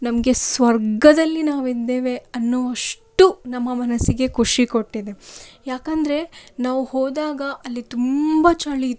ನಮಗೆ ಸ್ವರ್ಗದಲ್ಲಿ ನಾವಿದ್ದೇವೆ ಅನ್ನೋವಷ್ಟು ನಮ್ಮ ಮನಸ್ಸಿಗೆ ಖುಷಿ ಕೊಟ್ಟಿದೆ ಯಾಕಂದರೆ ನಾವು ಹೋದಾಗ ಅಲ್ಲಿ ತುಂಬ ಚಳಿಯಿತ್ತು